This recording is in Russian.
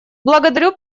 благодарю